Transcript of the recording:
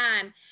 time